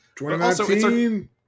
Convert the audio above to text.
2019